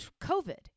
COVID